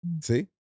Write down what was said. See